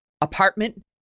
apartment